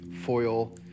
foil